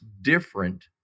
different